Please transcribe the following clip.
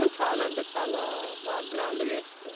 and చాలా అంటే చాలా బాగా గ్రాండ్గా చేస్తారు